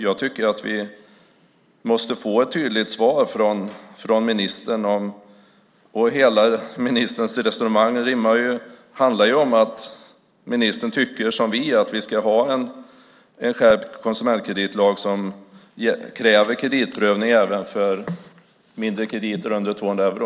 Jag tycker att vi måste få ett tydligt svar från ministern. Hela ministerns resonemang handlar ju om att ministern tycker som vi att vi ska ha en skärpt konsumentkreditlag som kräver kreditprövning för krediter under 200 euro.